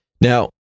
Now